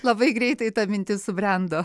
labai greitai ta mintis subrendo